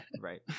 Right